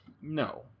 No